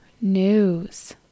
news